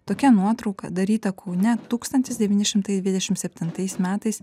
tokia nuotrauka daryta kaune tūkstantis devyni šimtai dvidešim septintais metais